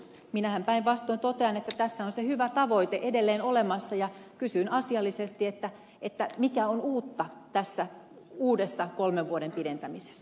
minähän päinvastoin totean että tässä on se hyvä tavoite edelleen olemassa ja kysyin asiallisesti mikä on uutta tässä uudessa kolmen vuoden pidentämisessä